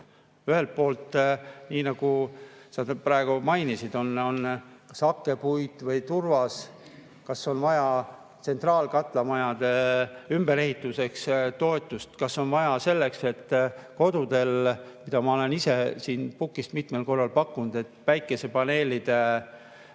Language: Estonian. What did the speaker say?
Ühelt poolt, nii nagu sa mainisid, on kas hakkepuit või turvas. Kas on vaja tsentraalkatlamajade ümberehituseks toetust? Kas on vaja selleks, et kodudes, mida ma olen ise siin pukis mitmel korral pakkunud, päikesepaneelidele,